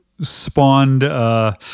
spawned –